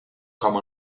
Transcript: com